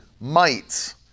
mites